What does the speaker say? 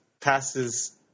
passes